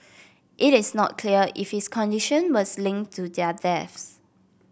it is not clear if his condition was linked to their deaths